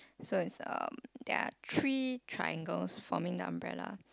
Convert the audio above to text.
so it's um there are three triangles forming the umbrella